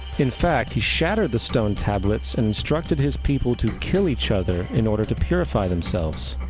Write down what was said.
in fact, he shattered the stone tablets and instructed his people to kill each other in order to purify themselves.